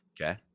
Okay